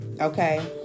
okay